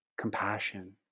compassion